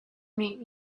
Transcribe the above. meet